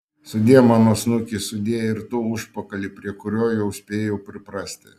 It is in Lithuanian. sudie mano snuki sudie ir tu užpakali prie kurio jau spėjau priprasti